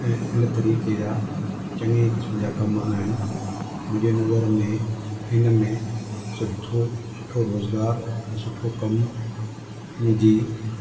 ऐं इन तरीक़े जा चङे किस्म जा कमु आहिनि मुंहिंजे नज़र में हिन में सुठो सुठो रोज़गार ऐं सुठो कमु हुन जी